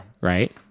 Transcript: Right